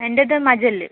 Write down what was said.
എന്റേത് മജ്ജെല്ല്